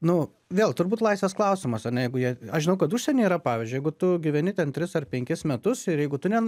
nu vėl turbūt laisvės klausimas ar ne jeigu jie aš žinau kad užsienyje yra pavyzdžiui jeigu tu gyveni ten tris ar penkis metus ir jeigu tu nen